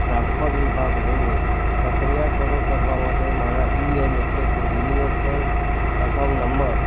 transfer વિભાગે હેડે પ્રક્રિયા શરૂ કરવા માટે મારા યુએએન એટલે કે યુનિવર્સલ એકાઉન્ટ નંબર